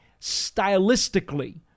stylistically –